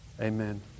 Amen